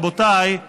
רבותיי,